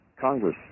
Congress